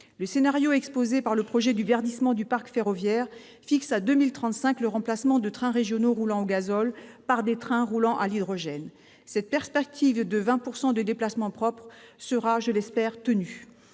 Le scénario exposé par le projet du « verdissement du parc ferroviaire » fixe à 2035 le remplacement de trains régionaux roulant au gazole par des trains roulant à l'hydrogène. Cette perspective de 20 % de déplacements propres sera, je l'espère, tenue.